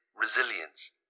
resilience